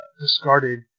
discarded